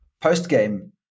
post-game